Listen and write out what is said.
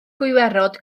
gwiwerod